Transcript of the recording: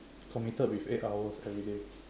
committed with eight hours every day